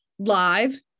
Live